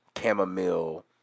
chamomile